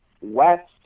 west